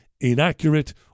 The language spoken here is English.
inaccurate